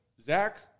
Zach